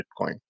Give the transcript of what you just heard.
Bitcoin